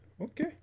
Okay